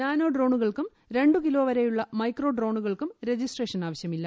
nano ഡ്രോണുകൾക്കും രണ്ടു കിലോവരെയുള്ള മൈക്രോ ഡോണുകൾക്കും റജിസ്ട്രേഷൻ ആവശ്യമില്ല